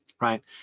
right